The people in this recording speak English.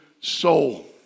soul